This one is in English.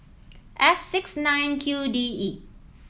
F six nine Q D E